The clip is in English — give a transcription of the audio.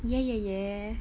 ya ya ya